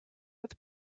with